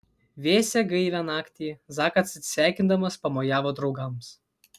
vėsią gaivią naktį zakas atsisveikindamas pamojavo draugams